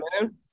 man